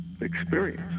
experience